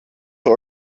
zur